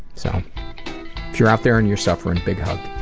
so if you're out there and you're suffering, big hug.